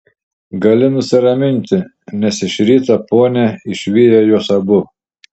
gali nusiraminti nes iš ryto ponia išvijo juos abu